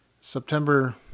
september